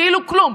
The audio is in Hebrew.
כאילו כלום.